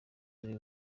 turi